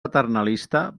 paternalista